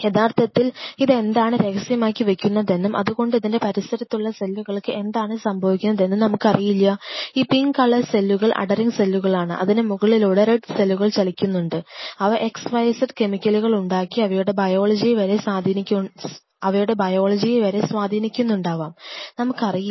യഥാർത്ഥത്തിൽ ഇതെന്താണ് രഹസ്യമാക്കി വെയ്ക്കുന്നതെന്നും അതുകൊണ്ട് അതിൻറെ പരിസരത്തുള്ള സെല്ലുകൾക്ക് എന്താണ് സംഭവിക്കുന്നതെന്നും നമുക്കറിയില്ല ഈ പിങ്ക് കളർ സെല്ലുകൾ അധെറിങ് സെല്ലുകളാണ് അതിനു മുകളിലൂടെ റെഡ് സെല്ലുകൾ ചലിക്കുന്നുണ്ട് അവ xyz കെമിക്കലുകൾ ഉണ്ടാക്കി അവയുടെ ബയോളജിയെ വരെ സ്വാധീനിക്കുന്നുണ്ടാവാം നമുക്കറിയില്ല